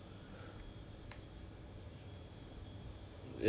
你 !aiya! 你都知道 our case right 你 like you and me lah